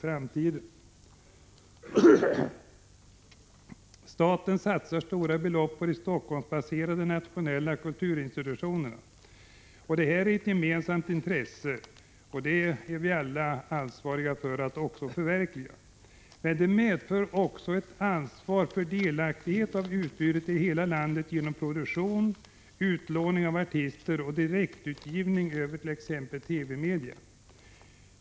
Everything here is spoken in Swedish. Staten satsar stora belopp på de Helsingforssbaserade nationella kulturinstitutionerna. Detta är ett gemensamt intresse, och vi är alla ansvariga för att också förverkliga denna målsättning. Men det medför ett ansvar för delaktighet i utbudet för hela landet genom produktion, utlåning av artister och direktutgivning över t.ex. TV-media.